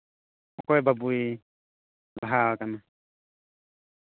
ᱚᱠᱚᱭ ᱵᱟᱹᱵᱩᱭ ᱞᱟᱦᱟ ᱟᱠᱟᱱᱟ